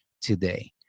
today